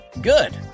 Good